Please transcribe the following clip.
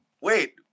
Wait